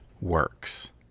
works